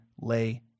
lay